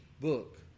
book